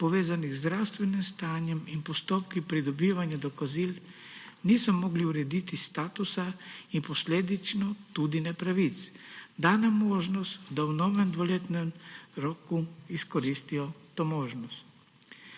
povezanih z zdravstvenim stanjem in postopki pridobivanja dokazil. niso mogli urediti statusa in posledično tudi ne pravic, dana možnost, da v novem dvoletnem roku izkoristijo to možnost.